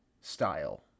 style